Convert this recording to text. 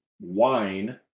wine